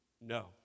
no